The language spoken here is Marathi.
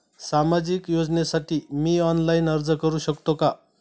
सामाजिक योजनेसाठी मी ऑनलाइन अर्ज करू शकतो का?